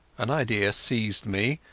an idea seized me,